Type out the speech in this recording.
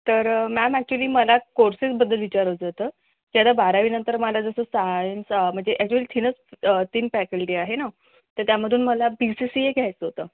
तर ma'am actually मला कोर्सेसबद्दल विचारायचं होतं की आता बारावीनंतर मला जसं सायन्स म्हणजे ॲक्चुअली तीनच तीन फॅकल्टी आहे ना तर त्यामधून मला बी सी सी ए घ्यायचं होतं